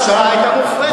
ההערכה הייתה מופרכת.